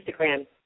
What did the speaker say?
Instagram